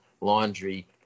laundry